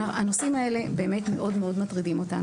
הנושאים האלה באמת מאוד מאוד מטרידים אותנו.